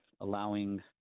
allowing